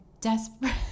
desperate